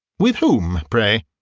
with whom, pray?